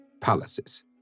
palaces